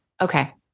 Okay